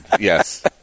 Yes